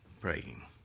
praying